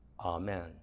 amen